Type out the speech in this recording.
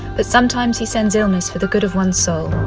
but sometimes he sends illness for the good of one's soul.